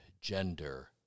gender